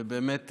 ובאמת,